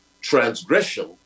transgression